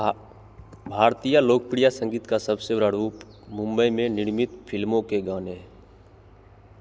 भारतीय लोकप्रिय संगीत का सबसे बड़ा रूप मुंबई में निर्मित फिल्मों के गाने हैं